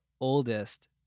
oldest